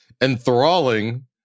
enthralling